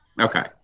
Okay